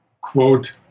quote